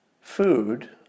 food